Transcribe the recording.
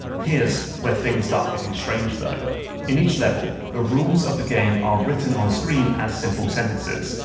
here's where things start getting strange, though in each level, the rules of the game are written on screen as simple sentences.